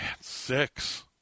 six